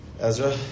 Ezra